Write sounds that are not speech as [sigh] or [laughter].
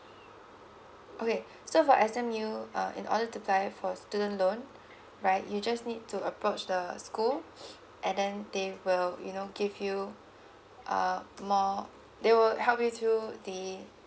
okay so for S_M_U uh in order to apply for student loan right you just need to approach the school [breath] and then they will you know give you uh more they will help you through the